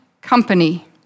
company